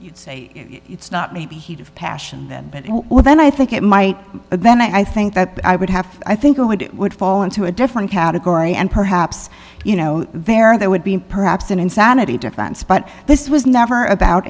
sincerely say it's not maybe heat of passion then well then i think it might but then i think that i would have i think i would it would fall into a different category and perhaps you know there there would be perhaps an insanity defense but this was never about